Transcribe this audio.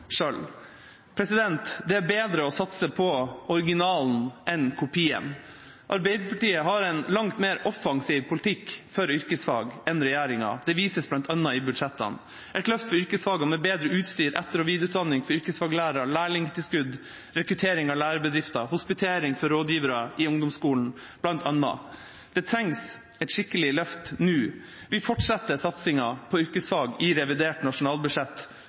Det er bedre å satse på originalen enn på kopien. Arbeiderpartiet har en langt mer offensiv politikk for yrkesfag enn regjeringa. Det vises bl.a. i budsjettene – et løft for yrkesfagene med bedre utstyr, etter- og videreutdanning for yrkesfaglærere, lærlingtilskudd, rekruttering av lærebedrifter og hospitering for rådgivere i ungdomsskolen m.m. Det trengs et skikkelig løft nå. Vi fortsetter satsingen på yrkesfag i revidert nasjonalbudsjett